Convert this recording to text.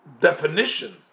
definition